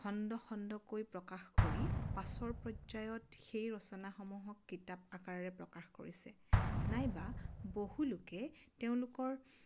খণ্ড খণ্ডকৈ প্ৰকাশ কৰি পাছৰ পৰ্যায়ত সেই ৰচনাসমূহক কিতাপ আকাৰে প্ৰকাশ কৰিছে নাইবা বহুলোকে তেওঁলোকৰ